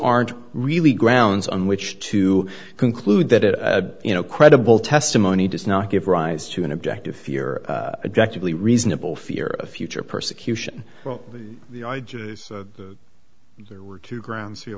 aren't really grounds on which to conclude that a you know credible testimony does not give rise to an object of fear attractively reasonable fear of future persecution there were two grounds for